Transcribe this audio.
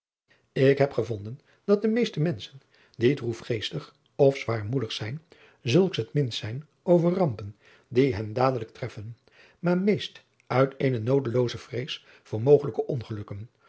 k heb gevonden dat de meeste menschen die droefgeestig of zwaarmoedig zijn zulks het minst zijn over rampen die driaan oosjes zn et leven van aurits ijnslager hen dadelijk treffen maar meest uit eene noodelooze vrees voor mogelijke ongelukken